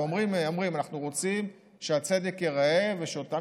ואומרים: אנחנו רוצים שהצדק ייראה ושאותם